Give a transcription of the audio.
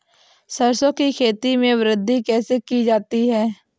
सरसो की खेती में वृद्धि कैसे की जाती है?